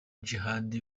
djihad